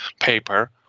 paper